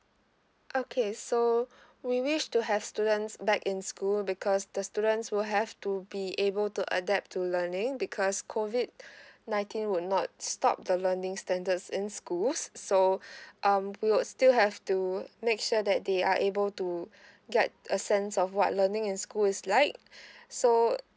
okay so we wish to have students back in school because the students will have to be able to adapt to learning because COVID nineteen would not stop the learning standards in schools so um we would still have to make sure that they are able to get a sense of what learning in school is like so